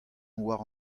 war